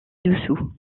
dessous